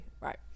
right